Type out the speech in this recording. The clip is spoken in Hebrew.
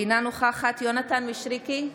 אינה נוכחת יונתן מישרקי,